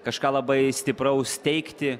kažką labai stipraus steigti